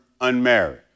unmarried